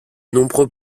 nombreux